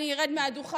אני ארד מהדוכן.